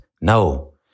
No